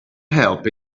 help